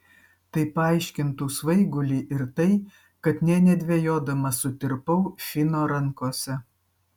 tai paaiškintų svaigulį ir tai kad nė nedvejodama sutirpau fino rankose